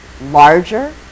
larger